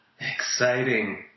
Exciting